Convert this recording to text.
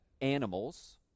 animals